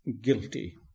Guilty